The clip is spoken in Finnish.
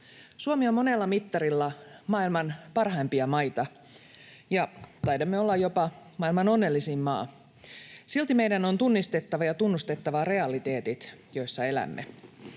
Suomi on monella mittarilla maailman parhaimpia maita, ja taidamme olla jopa maailman onnellisin maa. Silti meidän on tunnistettava ja tunnustettava realiteetit, joissa elämme.